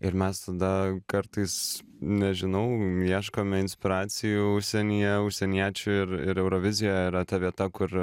ir mes tada kartais nežinau ieškome inspiracijų užsienyje užsieniečių ir ir eurovizija yra ta vieta kur